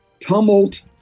Tumult